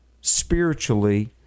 spiritually